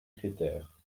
critère